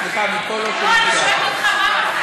סליחה, מפה לא שומעים טוב.